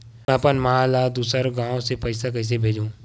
में अपन मा ला दुसर गांव से पईसा कइसे भेजहु?